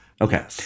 Okay